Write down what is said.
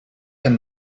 and